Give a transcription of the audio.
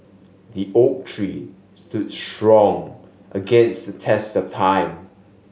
the oak tree stood strong against the test of time